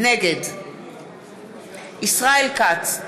נגד ישראל כץ,